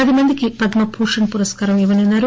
పదిమందికి పద్మభూషణ్ పురస్కారం ఇవ్వనున్నారు